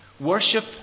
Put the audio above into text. Worship